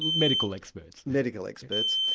medical experts? medical experts,